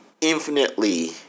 infinitely